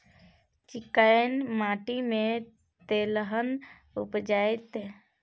चिक्कैन माटी में तेलहन उपजतै?